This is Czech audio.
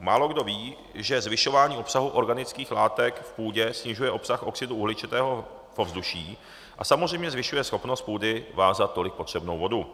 Málokdo ví, že zvyšování obsahu organických látek v půdě snižuje obsah oxidu uhličitého v ovzduší a samozřejmě zvyšuje schopnost půdy vázat tolik potřebnou vodu.